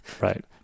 Right